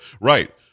Right